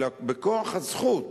אלא בכוח הזכות.